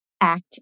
act